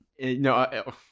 No